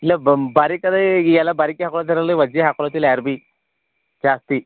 ಇಲ್ಲ ಬಮ್ ಬಾರಿಕದೇ ಈಗ ಎಲ್ಲ ಬಾರಿಕ ಹಾಕೊತಿರಲ್ಲ ರೀ ವಜ್ಜಿ ಹಾಕೊಳುತಿಲ್ಲ ಯಾರು ಬಿ ಜಾಸ್ತಿ